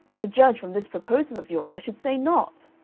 to judge from this proposal of yours, i should say not.